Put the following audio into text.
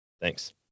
Thanks